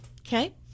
Okay